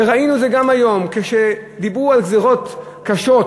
וראינו את זה גם היום, כשדיברו על גזירות קשות,